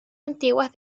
antiguas